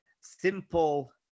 simple